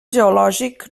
geològic